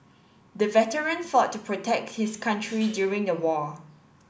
the veteran fought to protect his country during the war